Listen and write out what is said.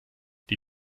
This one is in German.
die